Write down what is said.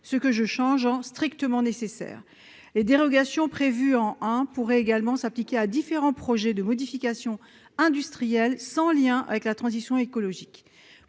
« qui sont strictement nécessaires ». Les dérogations prévues au I de l'article pourraient également s'appliquer à différents projets de modification industrielle, sans lien avec la transition écologique.